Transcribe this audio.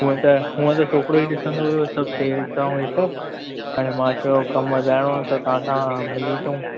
हूअं त हूअं त छोकिरो ई दिसंदो इहो सभु सेल्स ऐं इहे सभु हाणे म चयो कमु वधाइणो आहे त तव्हां सां मिली अचूं